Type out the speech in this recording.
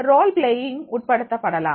role playing உட்படுத்தலாம்